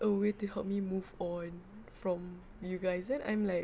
a way to help me move on from you guys and I'm like